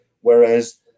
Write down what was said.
whereas